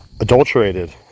adulterated